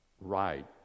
right